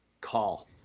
call